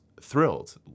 thrilled